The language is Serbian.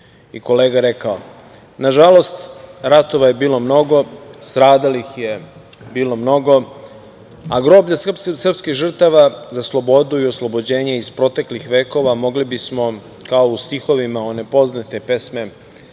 i kolega rekao. Nažalost, ratova je bilo mnogo, stradalih je bilo mnogo, a groblja srpskih žrtava za slobodu i oslobođenje iz proteklih vekova mogli bi smo, kao u stihovima one poznate pesme,